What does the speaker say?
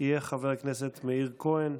יהיה חבר הכנסת מאיר כהן.